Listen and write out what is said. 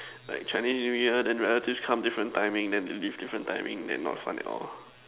like Chinese New Year then relatives come different timing then leave different timing then not fun at all lor